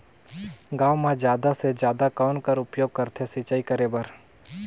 गांव म जादा से जादा कौन कर उपयोग करथे सिंचाई करे बर?